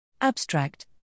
Abstract